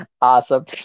Awesome